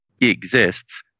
exists